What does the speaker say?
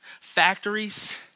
factories